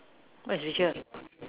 what is feature